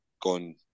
gone